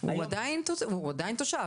הוא עדיין תושב.